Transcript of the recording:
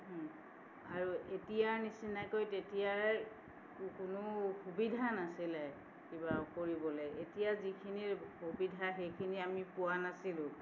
আৰু এতিয়াৰ নিচিনাকৈ তেতিয়াৰ কোনো সুবিধা নাছিলে কিবা কৰিবলৈ এতিয়া যিখিনিৰ সুবিধা সেইখিনি আমি পোৱা নাছিলোঁ